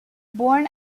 born